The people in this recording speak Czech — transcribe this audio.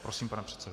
Prosím, pane předsedo.